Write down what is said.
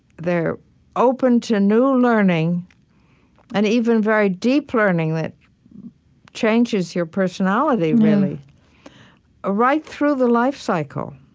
they're open to new learning and even very deep learning that changes your personality, really right through the life cycle,